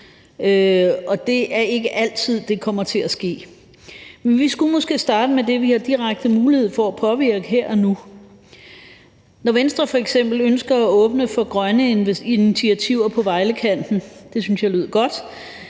og det er ikke altid, det kommer til at ske. Vi skulle måske starte med det, vi har direkte mulighed for at påvirke her og nu. Når Venstre f.eks. ønsker at åbne for grønne initiativer på Vejlekanten – det syntes jeg lød godt